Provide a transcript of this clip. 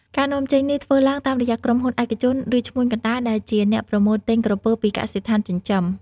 ការនាំចេញនេះធ្វើឡើងតាមរយៈក្រុមហ៊ុនឯកជន ឬឈ្មួញកណ្ដាលដែលជាអ្នកប្រមូលទិញក្រពើពីកសិដ្ឋានចិញ្ចឹម។